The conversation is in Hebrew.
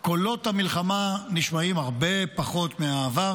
קולות המלחמה נשמעים הרבה פחות מבעבר,